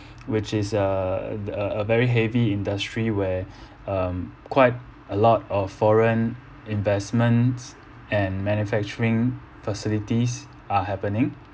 which is a a a very heavy industry where um quite a lot of foreign investments and manufacturing facilities are happening